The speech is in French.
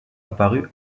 apparue